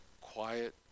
quiet